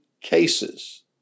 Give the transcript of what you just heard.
cases